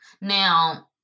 Now